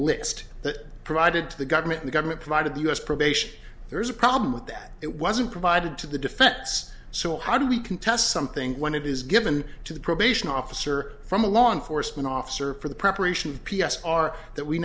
that provided to the government the government provided us probation there's a problem with that it wasn't provided to the defense so how do we contest something when it is given to the probation officer from a law enforcement officer for the preparation of p s r that we